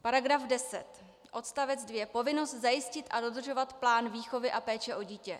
§ 10 odst. 2 Povinnost zajistit a dodržovat plán výchovy a péče o dítě.